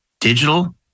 digital